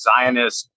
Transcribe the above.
Zionist